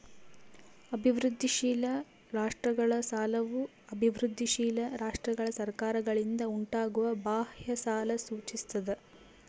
ಅಭಿವೃದ್ಧಿಶೀಲ ರಾಷ್ಟ್ರಗಳ ಸಾಲವು ಅಭಿವೃದ್ಧಿಶೀಲ ರಾಷ್ಟ್ರಗಳ ಸರ್ಕಾರಗಳಿಂದ ಉಂಟಾಗುವ ಬಾಹ್ಯ ಸಾಲ ಸೂಚಿಸ್ತದ